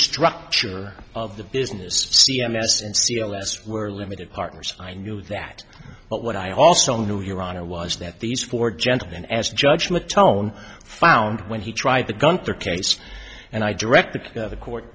structure of the business c m s and were limited partners i knew that but what i also knew here honor was that these four gentlemen as judgment tone found when he tried the gunther case and i directed the court